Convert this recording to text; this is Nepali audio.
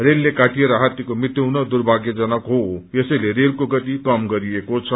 रेलले काटिएर हात्तीको मृतयु हुन् दुभ्यगयजनक हो यसैले रेलको गति कम गरिएको छ